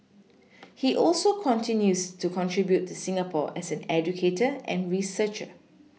he also continues to contribute to Singapore as an educator and researcher